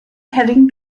heading